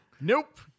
Nope